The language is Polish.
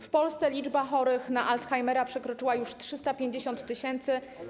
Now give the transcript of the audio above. W Polsce liczba chorych na Alzhaimera przekroczyła już 350 tys.